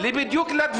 אפילו לא תוך כדי בחירות,